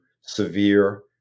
severe